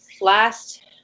last